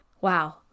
wow